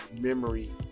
memory